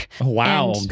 wow